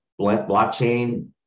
blockchain